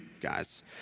guys